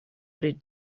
pri